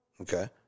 okay